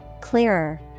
clearer